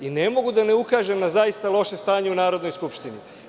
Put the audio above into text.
Ne mogu da ne ukažem na zaista loše u Narodnoj skupštini.